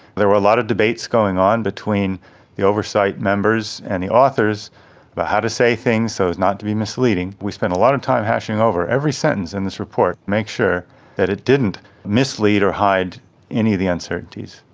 there were a lot of debates going on between the oversight members and the authors about how to say things so as not to be misleading. we spent a lot of time hashing over every sentence in this report, to make sure that it didn't mislead or hide any of the uncertainties.